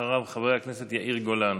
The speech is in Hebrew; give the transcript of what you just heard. אחריו, חבר הכנסת יאיר גולן.